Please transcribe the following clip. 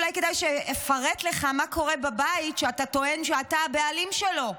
אולי כדאי שאפרט לך מה קורה בבית שאתה טוען שאתה הבעלים שלו.